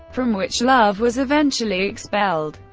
from which love was eventually expelled.